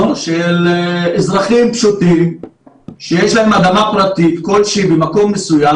זה אזור של אזרחים פשוטים שיש להם אדמה פרטית כלשהי במקום מסוים,